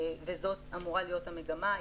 וזאת אמורה להיות המגמה.